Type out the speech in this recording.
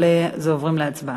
עוברים להצבעה.